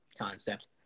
concept